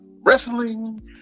Wrestling